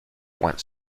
wants